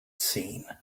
seen